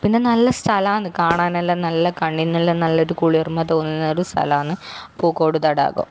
പിന്നെ നല്ല സ്ഥലമാണ് കാണാനെല്ലാം നല്ല കണ്ണിനെല്ലാം നല്ലൊരു കുളിർമ തോന്നുന്നൊരു സ്ഥലമാണ് പൂക്കോട് തടാകം